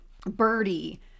Birdie